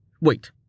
Wait